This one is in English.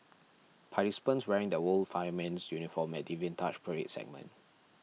participants wearing the old fireman's uniform at the Vintage Parade segment